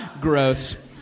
Gross